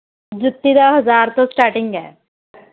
ਜੁੱਤੀ ਤਾਂ ਹਜ਼ਾਰ ਤੋਂ ਸਟਾਰਟਿੰਗ ਹੈ